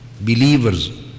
believers